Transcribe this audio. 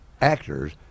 actors